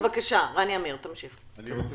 השאלות